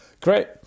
Great